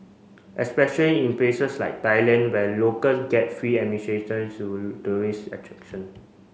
especially in places like Thailand where locals get free to tourist attraction